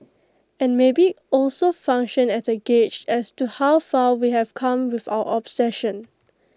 and maybe also function as A gauge as to how far we have come with our obsession